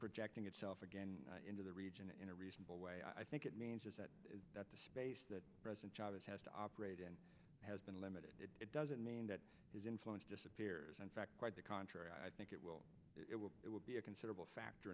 projecting itself again into the region in a reasonable way i think it means is that that the space that president chavez has to operate in has been limited it doesn't mean that his influence disappears in fact quite the contrary i think it will it will it will be a considerable factor